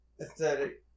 aesthetic